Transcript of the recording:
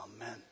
Amen